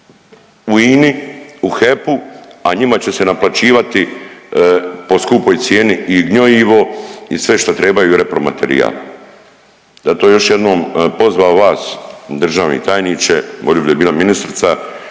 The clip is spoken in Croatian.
u INA-i, u HEP-u, a njima će se naplaćivati po skupoj cijeni i gnojivo i sve što trebaju, repromaterijal Zato još jednom pozvao vas državni tajniče, volio bi da je bila ministrica,